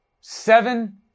seven